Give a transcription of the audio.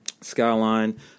Skyline